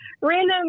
random